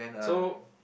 so